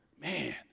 Man